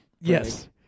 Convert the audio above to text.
Yes